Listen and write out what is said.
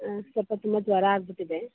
ಹಾಂ ಸ್ವಲ್ಪ ತುಂಬ ಜ್ವರ ಆಗಿಬಿಟ್ಟಿದೆ